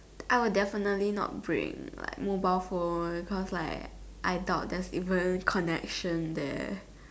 I will definitely not bring like mobile phone cause like I doubt there's even connection there